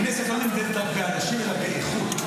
הכנסת לא נמדדת רק באנשים אלא באיכות.